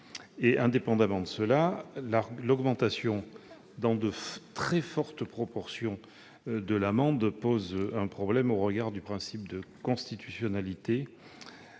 Indépendamment de cet aspect, l'augmentation dans de très fortes proportions de l'amende pose un problème au regard du principe constitutionnel